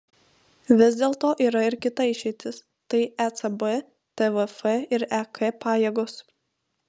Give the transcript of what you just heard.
vis dėlto yra ir kita išeitis tai ecb tvf ir ek pajėgos